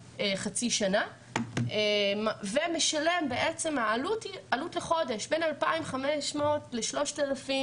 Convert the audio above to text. של חצי שנה ומשלם עלות לחודש בין 2,500 ל-3,000.